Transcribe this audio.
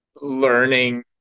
learning